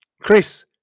Chris